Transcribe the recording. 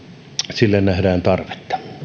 sille nähdään tarvetta